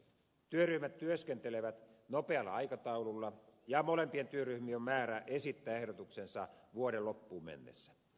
työryhmät työskentelevät nopealla aikataululla ja molempien työryhmien on määrä esittää ehdotuksensa vuoden loppuun mennessä